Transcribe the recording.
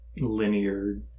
linear